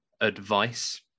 advice